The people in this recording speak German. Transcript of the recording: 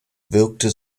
wirkte